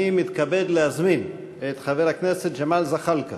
אני מתכבד להזמין את חבר הכנסת ג'מאל זחאלקה